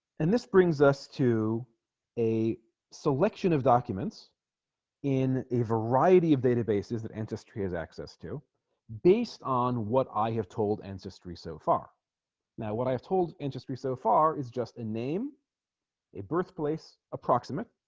and this brings us to a selection of documents in a variety of databases that ancestry has access to based on what i have told ancestry so far now what i have told industry so far is just a name a birthplace approximate